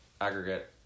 aggregate